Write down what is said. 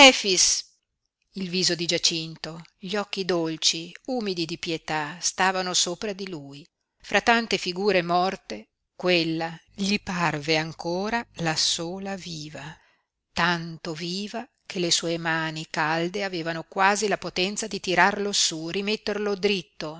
il viso di giacinto gli occhi dolci umidi di pietà stavano sopra di lui fra tante figure morte quella gli parve ancora la sola viva tanto viva che le sue mani calde avevano quasi la potenza di tirarlo su rimetterlo dritto